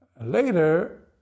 Later